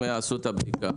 הם יעשו את הבדיקה.